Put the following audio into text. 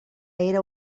era